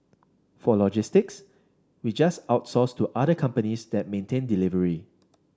for logistics we just outsource to other companies that maintain delivery